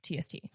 TST